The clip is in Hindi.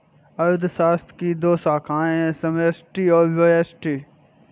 अर्थशास्त्र की दो शाखाए है समष्टि और व्यष्टि